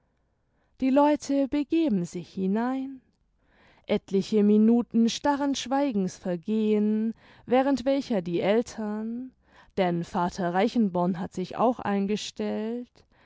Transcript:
die leute begeben sich hinein etliche minuten starren schweigens vergehen während welcher die eltern denn vater reichenborn hat sich auch eingestellt